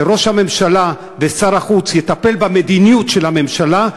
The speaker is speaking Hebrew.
שראש הממשלה ושר החוץ יטפלו במדיניות של הממשלה.